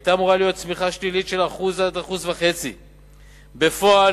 היתה אמורה להות צמיחה שלילית של 1% 1.5%. בפועל,